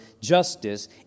justice